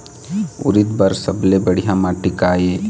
उरीद बर सबले बढ़िया माटी का ये?